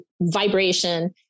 vibration